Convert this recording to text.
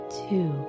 two